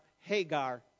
Hagar